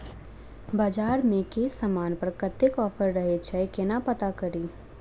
बजार मे केँ समान पर कत्ते ऑफर रहय छै केना पत्ता कड़ी?